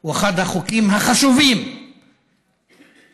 הוא אחד החוקים החשובים, תודה.